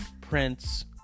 Prince